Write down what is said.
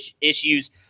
issues